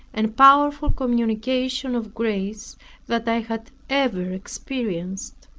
and powerful communication of grace that i had ever experienced.